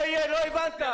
לא, עד עכשיו הלכתי אחורה.